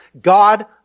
God